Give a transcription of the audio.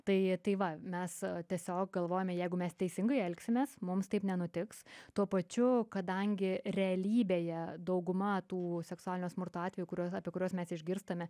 tai tai va mes tiesiog galvojame jeigu mes teisingai elgsimės mums taip nenutiks tuo pačiu kadangi realybėje dauguma tų seksualinio smurto atvejų kuriuos apie kuriuos mes išgirstame